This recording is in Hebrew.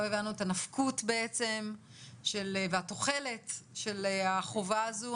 לא הבנו את הנפקות והתוחלת של החובה הזו.